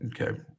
okay